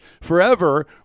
Forever